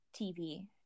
TV